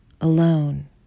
Alone